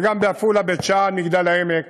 וגם בעפולה, בית-שאן, מגדל-העמק